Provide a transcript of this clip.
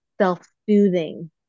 self-soothing